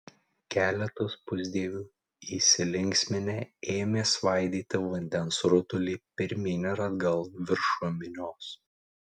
keletas pusdievių įsilinksminę ėmė svaidyti vandens rutulį pirmyn ir atgal viršum minios